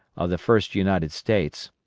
of the first united states,